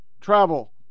travel